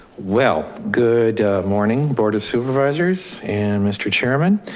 well, good morning board of supervisors and mr. chairman.